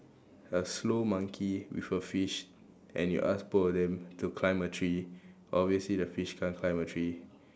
a slow monkey with a fish and you ask both of them to climb a tree obviously the fish can't climb a tree